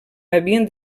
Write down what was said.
havien